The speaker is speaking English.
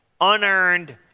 unearned